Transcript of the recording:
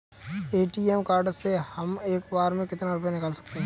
ATM card से हम एक बार में कितना रुपया निकाल सकते हैं?